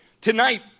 Tonight